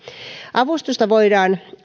avustusta voidaan